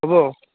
হ'ব